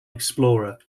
explorer